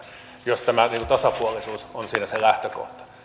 jos tämä tasapuolisuus on siinä se lähtökohta